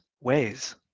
ways